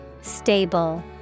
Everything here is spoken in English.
Stable